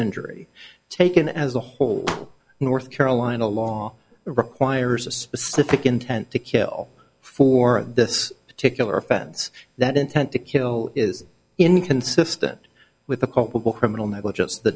injury taken as a whole north carolina law requires a specific intent to kill for this particular offense that intent to kill is inconsistent with the